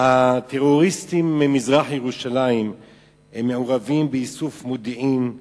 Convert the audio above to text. הטרוריסטים ממזרח-ירושלים מעורבים באיסוף מודיעין,